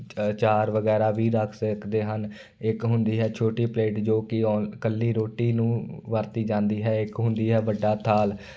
ਆਚਾਰ ਵਗੈਰਾ ਵੀ ਰੱਖ ਸਕਦੇ ਹਨ ਇੱਕ ਹੁੰਦੀ ਹੈ ਛੋਟੀ ਪਲੇਟ ਜੋ ਕਿ ਓਨ ਇਕੱਲੀ ਰੋਟੀ ਨੂੰ ਵਰਤੀ ਜਾਂਦੀ ਹੈ ਇੱਕ ਹੁੰਦਾ ਹੈ ਵੱਡਾ ਥਾਲ